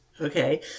Okay